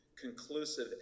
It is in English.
conclusive